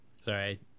sorry